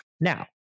Now